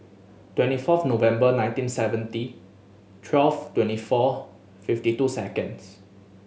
twenty first November nineteen seventy twelve twenty four fifty two seconds